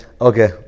Okay